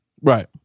Right